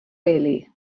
wely